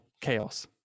chaos